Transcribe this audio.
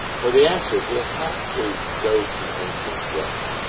for the answer, we'll have to go to ancient rome.